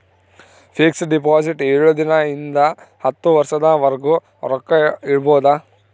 fix deposit ಏಳು ದಿನ ಇಂದ ಹತ್ತು ವರ್ಷದ ವರ್ಗು ರೊಕ್ಕ ಇಡ್ಬೊದು